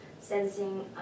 sensing